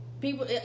people